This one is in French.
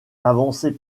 l’avancée